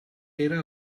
era